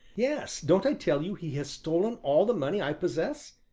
yes, don't i tell you he has stolen all the money i possess?